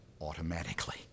automatically